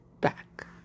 back